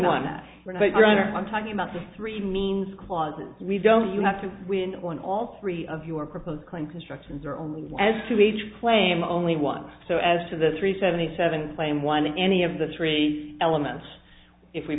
honor i'm talking about the three means clause and we don't you have to win on all three of your proposed clean constructions are only as to each claim only one so as to the three seventy seven claim one any of the three elements if we